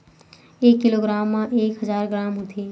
एक किलोग्राम मा एक हजार ग्राम होथे